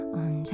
on